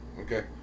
Okay